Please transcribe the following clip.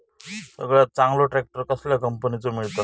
सगळ्यात चांगलो ट्रॅक्टर कसल्या कंपनीचो मिळता?